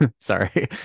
Sorry